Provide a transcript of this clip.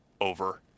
over